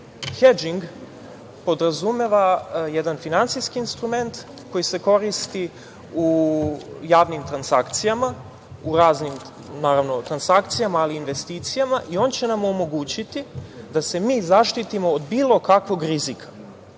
podrazumeva jedan finansijski instrument koji se koristi u javnim transakcijama, u raznimtransakcijama, ali i investicijama i on će nam omogućiti da se mi zaštitimo od bilo kakvog rizika. Hedžing